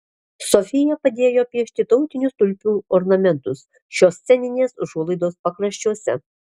sofija padėjo piešti tautinius tulpių ornamentus šios sceninės užuolaidos pakraščiuose